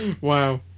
Wow